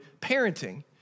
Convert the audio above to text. parenting